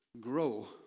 grow